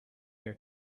your